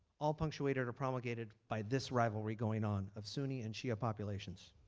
all punctuated or promulgated by this rivalry going on of sunni and shia populations.